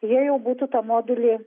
jie jau būtų tą modulį